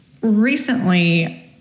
recently